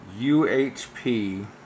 UHP